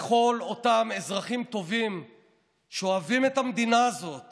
לכל אותם אזרחים טובים שאוהבים את המדינה הזאת